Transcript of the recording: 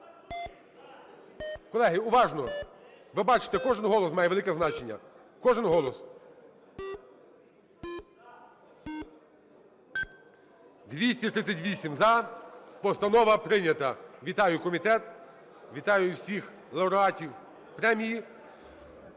Колеги, уважно. Ви бачите, кожен голос має велике значення, кожен голос. 16:58:46 За-238 Постанова прийнята. Вітаю комітет! Вітаю всіх лауреатів премії!